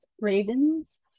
ravens